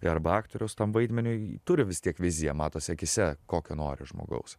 arba aktoriaus tam vaidmeniui turi vis tiek viziją matosi akyse kokio nori žmogaus